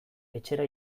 etxera